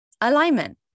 alignment